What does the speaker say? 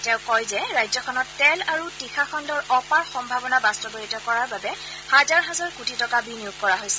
তেওঁ কয় যে ৰাজ্যখনত তেল আৰু তীখা খণ্ডৰ অপাৰ সম্ভাৱনা বাস্তৱায়িত কৰাৰ বাবে হাজাৰ হাজাৰ কোটি টকা বিনিয়োগ কৰা হৈছে